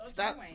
Stop